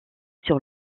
sur